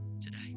today